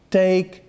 take